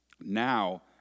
now